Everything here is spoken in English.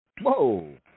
Whoa